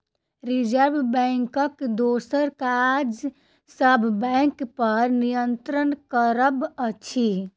reserve बैंकक दोसर काज सब बैंकपर नियंत्रण करब अछि